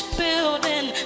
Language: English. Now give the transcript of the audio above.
building